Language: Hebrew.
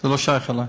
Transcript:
זה לא שייך אלי.